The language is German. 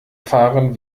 fahren